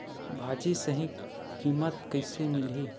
भाजी सही कीमत कइसे मिलही?